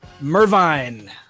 Mervine